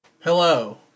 Hello